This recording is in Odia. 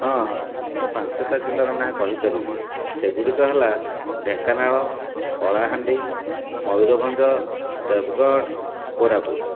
ହଁ ମୁଁ ପାଞ୍ଚଟା ନାଁ ଜିଲ୍ଲାର କହିପାରିବି ସେଗୁଡ଼ିକ ହେଲା ଢେଙ୍କାନାଳ କଳାହାଣ୍ଡି ମୟୁରଭଞ୍ଜ ଦେବଗଡ଼ କୋରାପୁଟ